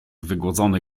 wygłodzony